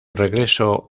regreso